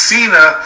Cena